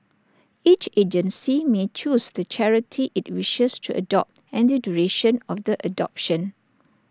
each agency may choose the charity IT wishes to adopt and the duration of the adoption